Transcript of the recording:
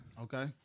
Okay